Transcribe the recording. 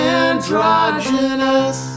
androgynous